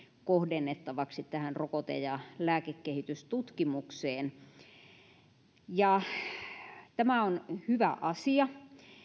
kohdennettavaksi rokote ja lääkekehitystutkimukseen tämä on hyvä asia